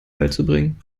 beizubringen